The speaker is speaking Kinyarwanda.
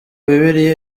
bibiliya